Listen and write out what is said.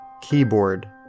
Keyboard